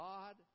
God